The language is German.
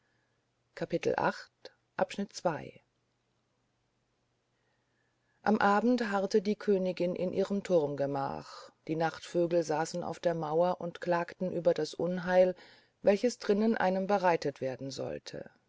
am abend harrte die königin in ihrem turmgemach die nachtvögel saßen auf der mauer und klagten über das unheil welches drinnen einem bereitet werden sollte